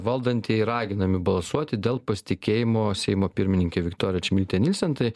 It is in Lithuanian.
valdantieji raginami balsuoti dėl pasitikėjimo seimo pirmininke viktorija čmilyte nylsen tai